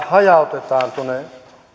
hajautetaan tuonne